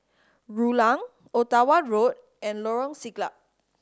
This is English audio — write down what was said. Rulang Ottawa Road and Lorong Siglap